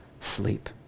sleep